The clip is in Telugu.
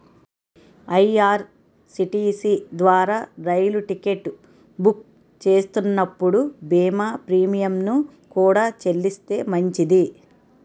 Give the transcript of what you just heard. ఐ.ఆర్.సి.టి.సి ద్వారా రైలు టికెట్ బుక్ చేస్తున్నప్పుడు బీమా ప్రీమియంను కూడా చెల్లిస్తే మంచిది